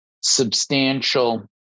substantial